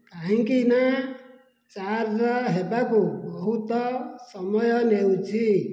କାହିଁକିନା ଚାର୍ଜ୍ ହେବାକୁ ବହୁତ ସମୟ ନେଉଛି